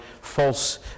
false